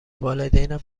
والدینم